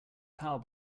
power